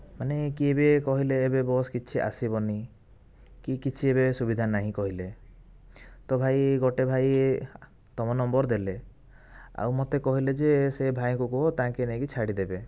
ମାନେ କିଏ ବି କହିଲେ ଏବେ ବସ୍ କିଛି ଆସିବନି କି କିଛି ଏବେ ସୁବିଧା ନାହିଁ କହିଲେ ତ ଭାଇ ଗୋଟେ ଭାଇ ତୁମ ନମ୍ବର୍ ଦେଲେ ଆଉ ମୋତେ କହିଲେ ଯେ ସେ ଭାଇଙ୍କୁ କୁହ ତାଙ୍କେ ନେଇକି ଛାଡ଼ିଦେବେ